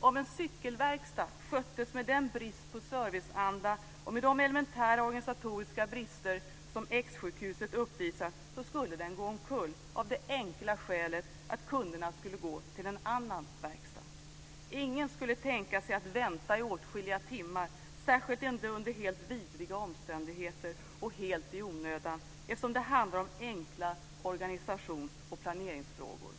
"Om en cykelverkstad sköttes med den brist på serviceanda och med de elementära organisatoriska brister som X-sjukhuset uppvisar skulle den gå omkull, av det enkla skälet att kunderna skulle gå till en annan verkstad. Ingen skulle tänka sig att vänta i åtskilliga timmar - särskilt inte under helt vidriga omständigheter - och helt i onödan, eftersom det handlar om enkla organisations och planeringsfrågor."